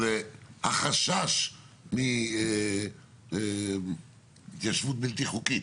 החשש מהתיישבות בלתי חוקית?